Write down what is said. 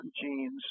genes